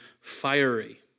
fiery